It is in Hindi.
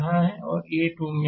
और यह 8 Ω यहाँ है